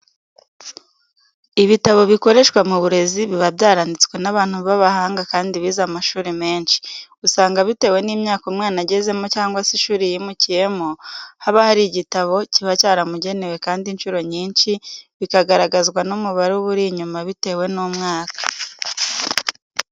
Ibitabo bikoreshwa mu burezi biba byaranditswe n'abantu b'abahanga kandi bize amashuri menshi. Usanga bitewe n'imyaka umwana agezemo cyangwa se ishuri yimukiyemo, haba hari igitabo kiba cyaramugenewe kandi inshuro nyinshi bigaragazwa n'umubare uba uri inyuma bitewe n'umwaka.